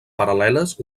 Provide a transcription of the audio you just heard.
paral·leles